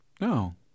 No